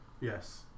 Yes